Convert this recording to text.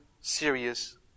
serious